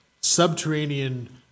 subterranean